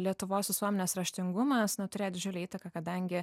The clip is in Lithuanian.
lietuvos visuomenės raštingumas turėjo didžiulę įtaką kadangi